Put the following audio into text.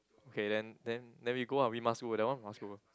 okay then then then we go out we must would that one must go